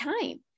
time